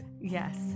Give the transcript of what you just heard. Yes